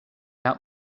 out